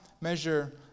measure